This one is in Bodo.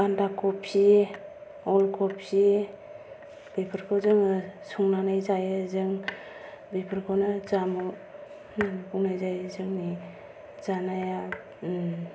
बान्दा खबि अल खबि बेफोरखौ जोङो संनानै जायो जों बेफोरखौनो जामुं होननाय जायो जोंनि जानाया